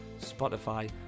Spotify